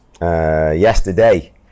Yesterday